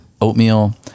oatmeal